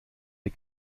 der